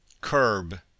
Curb